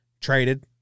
traded